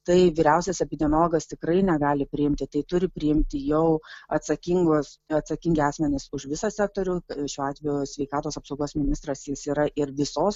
tai vyriausias epidemiologas tikrai negali priimti tai turi priimti jau atsakingos atsakingi asmenys už visą sektorių šiuo atveju sveikatos apsaugos ministras jis yra ir visos